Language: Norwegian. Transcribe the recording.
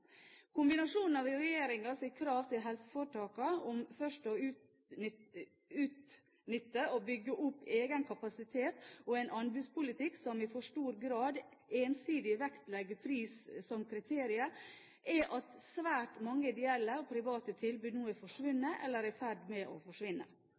Kombinasjonen av regjeringens krav til helseforetakene om først å utnytte og bygge opp egen kapasitet og en anbudspolitikk som i for stor grad ensidig vektlegger pris som kriterier, gjør at svært mange ideelle og private